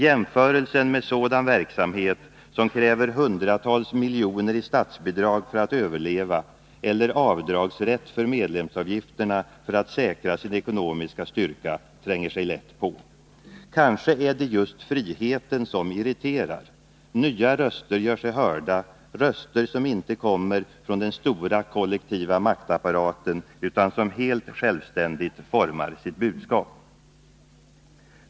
Jämförelsen med sådan verksamhet som kräver hundratals miljoner i statsbidrag för att överleva eller avdragsrätt för medlemsavgifterna för att » säkra sin ekonomiska styrka tränger sig lätt på. Kanske är det just friheten som irriterar. Nya röster gör sig hörda, röster som inte kommer från den stora kollektiva maktapparaten utan som helt självständigt formar sitt budskap.